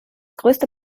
größte